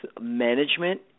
management